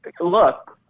Look